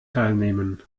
teilnehmen